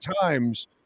times